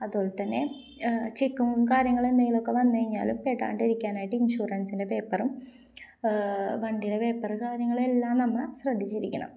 അതുപോലെ തന്നെ ചെക്കും കാര്യങ്ങളും എന്തെങ്കിലുമൊക്കെ വന്നുകഴിഞ്ഞാലും പെടാതിരിക്കാനായിട്ട് ഇൻഷുറൻസിൻ്റെ പേപ്പറും വണ്ടിയുടെ പേപ്പര് കാര്യങ്ങളെല്ലാം നമ്മള് ശ്രദ്ധിച്ചിരിക്കണം